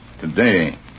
today